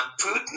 Putin